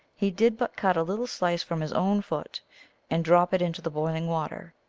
he did but cut a little slice from his own foot and drop it into the boiling water,